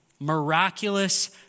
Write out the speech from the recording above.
miraculous